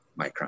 micron